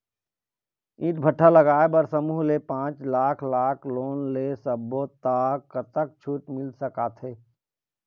ईंट भट्ठा लगाए बर समूह ले पांच लाख लाख़ लोन ले सब्बो ता कतक छूट मिल सका थे?